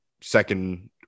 second